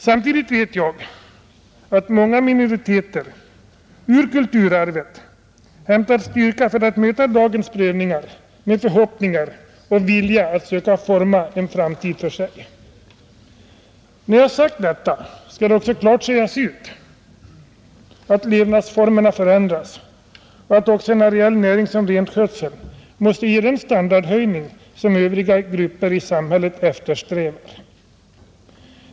Samtidigt vet jag att många minoriteter ur kulturarvet hämtat styrka för att möta dagens prövningar med förhoppningar och vilja att söka forma en framtid för sig. När jag sagt detta skall det också klart sägas ut att levnadsformerna förändras och att också en areell näring som renskötseln måste ge den standardhöjning som övriga grupper i samhället eftersträvar.